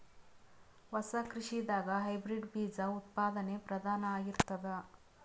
ಹೊಸ ಕೃಷಿದಾಗ ಹೈಬ್ರಿಡ್ ಬೀಜ ಉತ್ಪಾದನೆ ಪ್ರಧಾನ ಆಗಿರತದ